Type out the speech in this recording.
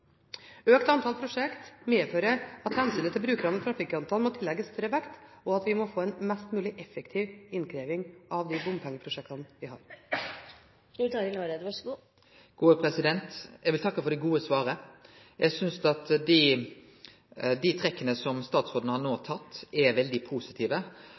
økt antall prosjekter medfører at hensynet til brukerne og trafikantene må tillegges større vekt, og at vi må få en mest mulig effektiv innkreving av de bompengeprosjektene vi har. Eg vil takke for det gode svaret. Eg synest at dei trekka som statsråden no har gjort, er veldig positive.